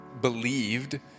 believed